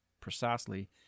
precisely